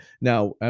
Now